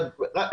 אבל ברשותך,